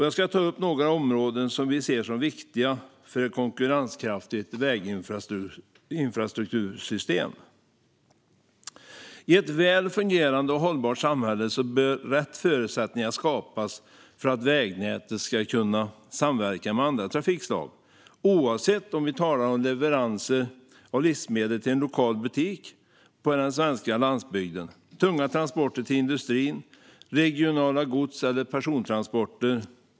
Jag ska ta upp några områden som vi ser som viktiga för ett konkurrenskraftigt väginfrastruktursystem. I ett väl fungerande och hållbart samhälle bör rätt förutsättningar skapas för att vägnätet ska kunna samverka med andra trafikslag, oavsett om vi talar om leveranser av livsmedel till en lokal butik på den svenska landsbygden, tunga transporter till industrin eller regionala gods eller persontransporter.